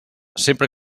sempre